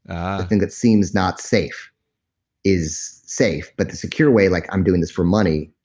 ah thing that seems not safe is safe, but the secure way, like i'm doing this for money,